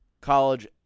college